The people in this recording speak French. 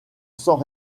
sans